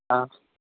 ஆ